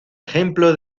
ejemplo